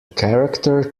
character